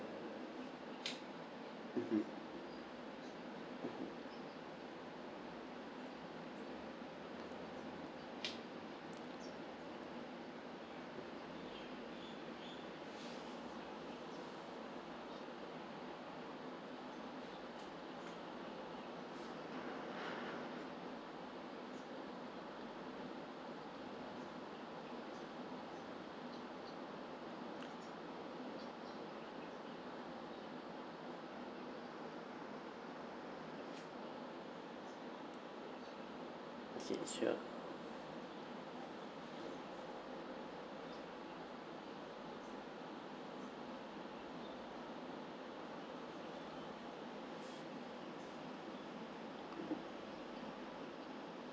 mmhmm okay sure